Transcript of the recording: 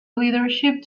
leadership